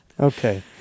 Okay